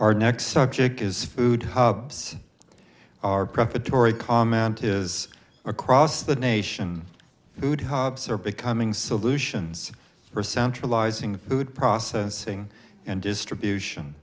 our next subject is food hubs our prefatory comment is across the nation good hubs are becoming solutions for centralizing food processing and distribution